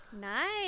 Nice